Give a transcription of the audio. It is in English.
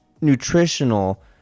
nutritional